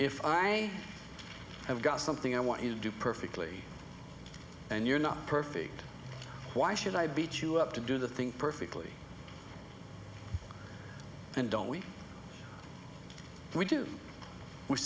if i have got something i want you do perfectly and you're not perfect why should i beat you up to do the thing perfectly and don't we we do we